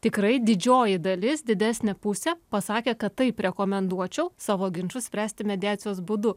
tikrai didžioji dalis didesnė pusė pasakė kad taip rekomenduočiau savo ginčus spręsti mediacijos būdu